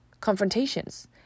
confrontations